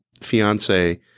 fiance